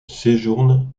séjourne